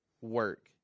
work